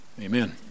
amen